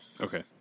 Okay